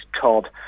Todd